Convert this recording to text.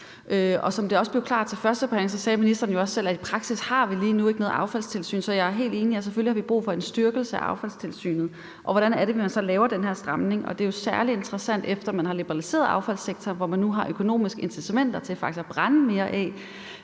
Som det også blev klart under førstebehandlingen, og det sagde ministeren jo også selv, har vi i praksis lige nu ikke noget affaldstilsyn. Så jeg er helt enig i, at vi selvfølgelig har brug for en styrkelse af affaldstilsynet. Hvordan er det så, man laver den her stramning? Det er jo særlig interessant, efter man har liberaliseret affaldssektoren, hvor man nu har økonomiske incitamenter til faktisk at brænde mere af,